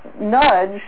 nudge